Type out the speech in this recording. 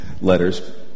letters